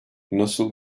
nasıl